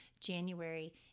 January